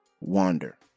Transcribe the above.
Wander